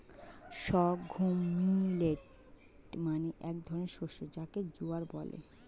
sorghum millet মানে এক ধরনের শস্য যাকে জোয়ার বলে